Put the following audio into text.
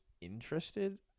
interested